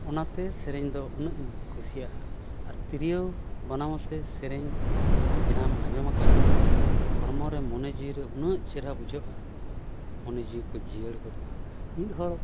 ᱚᱱᱟᱛᱮ ᱥᱮᱨᱮᱧ ᱫᱚ ᱩᱱᱟᱹᱜ ᱤᱧ ᱠᱩᱥᱤᱭᱟᱜᱼᱟ ᱟᱨ ᱛᱤᱨᱭᱳ ᱵᱟᱱᱟᱢ ᱟᱛᱮᱫ ᱥᱮᱨᱮᱧ ᱡᱟᱦᱟᱸᱢ ᱟᱸᱡᱚᱢ ᱟᱠᱟᱫᱼᱟ ᱥᱮ ᱦᱚᱲᱢᱚ ᱨᱮ ᱢᱚᱱᱮ ᱡᱤᱣᱤᱨᱮ ᱩᱱᱟᱹᱜ ᱪᱮᱦᱨᱟ ᱵᱩᱡᱷᱟᱹᱜᱼᱟ ᱢᱚᱱᱮ ᱡᱤᱣᱤ ᱠᱚ ᱡᱤᱭᱟᱹᱲ ᱜᱚᱫᱚᱜᱼᱟ